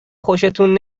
خوشتون